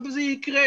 וזה יקרה,